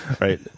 Right